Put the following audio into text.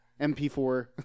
MP4